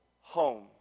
home